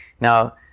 Now